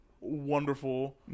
wonderful